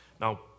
Now